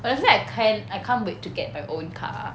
but doesn't that I can~ I can't wait to get my own car